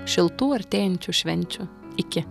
šiltų artėjančių švenčių iki